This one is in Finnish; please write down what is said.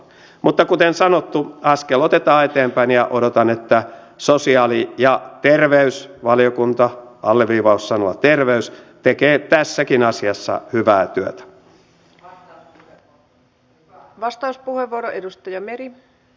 mutta kuten sanottu askel otetaan eteenpäin ja odotan että sosiaali ja terveysvaliokunta alleviivaus sanalla terveys tekee tässäkin asiassa hyvää työtä